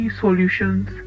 solutions